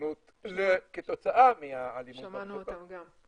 אובדנות כתוצאה מה- -- שמענו אותם גם.